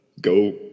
go